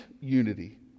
unity